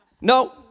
No